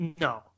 no